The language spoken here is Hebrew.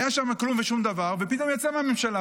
היה שם כלום ושום דבר, ופתאום יצא מהממשלה.